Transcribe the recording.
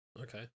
okay